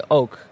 ook